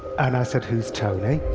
and i said, who's tony?